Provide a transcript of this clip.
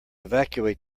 evacuate